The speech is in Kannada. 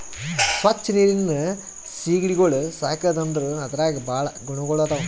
ಸ್ವಚ್ ನೀರಿನ್ ಸೀಗಡಿಗೊಳ್ ಸಾಕದ್ ಅಂದುರ್ ಅದ್ರಾಗ್ ಭಾಳ ಗುಣಗೊಳ್ ಅವಾ